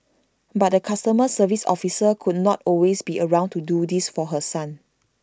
but the customer service officer could not always be around to do this for her son